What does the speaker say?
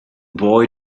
boy